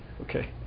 Okay